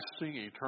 eternal